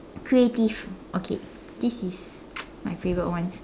creative okay this is my favorite one